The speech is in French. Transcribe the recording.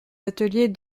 ateliers